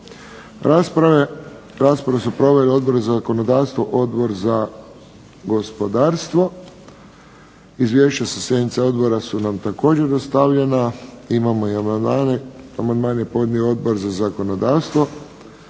Raspravu su proveli Odbor za zakonodavstvo, Odbor za gospodarstvo. Izvješća sa sjednica odbora su nam također dostavljena. Imamo i amandmane. Amandman je podnio Odbor za zakonodavstvo.